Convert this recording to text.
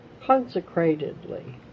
consecratedly